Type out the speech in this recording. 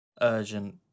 urgent